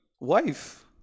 wife